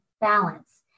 balance